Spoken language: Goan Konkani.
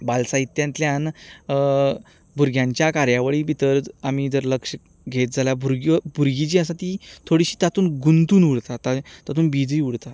बाल साहित्यांतल्यान भुरग्यांच्या कार्यावळी भितर आमी जर लक्ष घेत जाल्यार ह्यो भुरगीं जीं आसात तीं थोडीशीं तातूंत गुंतून उरतात हय थोडी बिजी उरतात